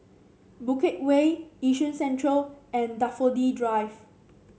Bukit Way Yishun Central and Daffodil Drive